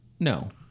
No